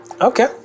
Okay